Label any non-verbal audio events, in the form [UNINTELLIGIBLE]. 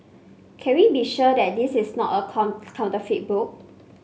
can we be sure that this is not a [UNINTELLIGIBLE] counterfeit book